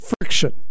Friction